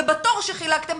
ובתור שחילקתם,